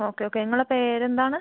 okay okay നിങ്ങളുടെ പേര് എന്താണ്